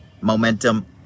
momentum